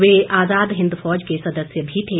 वह आजाद हिंद फौज के सदस्य भी थे